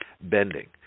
bending